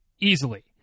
Easily